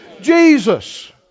Jesus